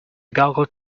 gargled